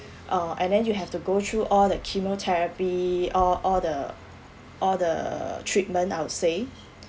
uh and then you have to go through all the chemotherapy all all the all the treatment I'd say